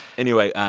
anyway,